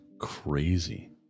crazy